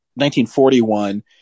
1941